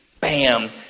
Bam